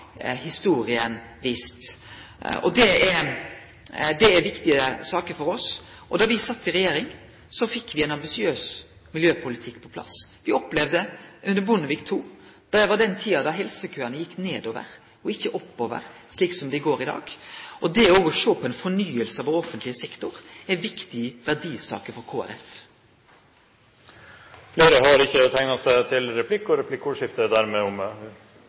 historia vist. Det er viktige saker for oss. Da me sat i regjering, fekk me ein ambisiøs miljøpolitikk på plass. Me opplevde det under Bondevik II-regjeringa, og det var den tida da helsekøane gjekk nedover og ikkje oppover, slik som dei gjer i dag. Å sjå på ei fornying av offentleg sektor er òg ei viktig verdisak for Kristeleg Folkeparti. Replikkordskiftet er omme. Vi har i den valgkampen vi nettopp har bak oss, og